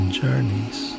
journeys